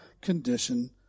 condition